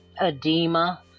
edema